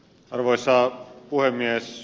arvoisa puhemies